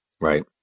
Right